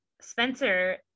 Spencer